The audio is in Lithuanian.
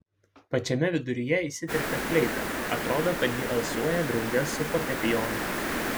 pačiame viduryje įsiterpia fleita atrodo kad ji alsuoja drauge su fortepijonu